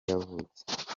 yavutse